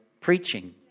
preaching